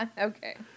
okay